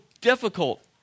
difficult